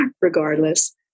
regardless